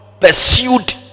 pursued